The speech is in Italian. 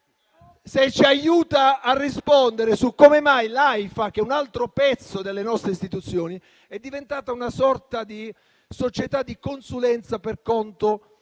comprendere come mai l'AIFA, che è un altro pezzo delle nostre Istituzioni, è diventata una sorta di società di consulenza per conto